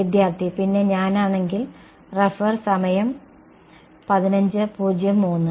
വിദ്യാർത്ഥി പിന്നെ ഞാനാണെങ്കിൽ സമയം റഫർ ചെയ്യുക 1503